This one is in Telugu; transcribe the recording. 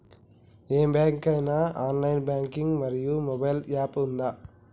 ఏ బ్యాంక్ కి ఐనా ఆన్ లైన్ బ్యాంకింగ్ మరియు మొబైల్ యాప్ ఉందా?